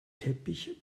teppich